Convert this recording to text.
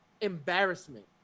embarrassment